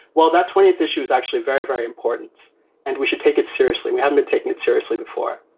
well, that twentieth issue is actually very, very important and we should take it seriously. we have been taking it seriously before.